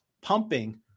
pumping